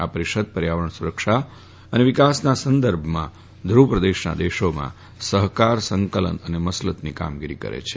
આ પરિષદ પર્યાવરણ સુરક્ષા અને વિકાસના સંદર્ભમાં ધ્રુવ પ્રદેશના દેશોમાં સહકાર સંકલન અને મસલતની કામગીરી કરે છે